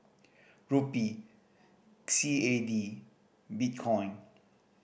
Rupee C A D Bitcoin